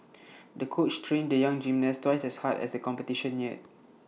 the coach trained the young gymnast twice as hard as A competition neared